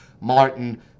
martin